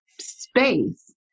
space